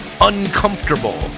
Uncomfortable